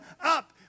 up